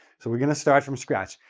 so we're going to start from scratch.